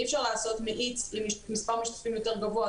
אי אפשר לעשות מאיץ למספר משתתפים יותר גבוה.